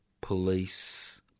police